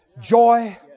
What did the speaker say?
joy